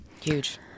Huge